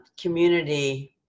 community